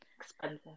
expensive